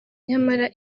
nyamara